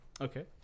Okay